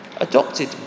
Adopted